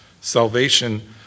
Salvation